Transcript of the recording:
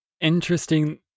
interesting